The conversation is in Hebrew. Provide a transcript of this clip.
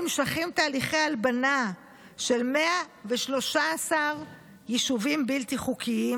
נמשכים תהליכי "הלבנה" של 113 יישובים בלתי-חוקיים,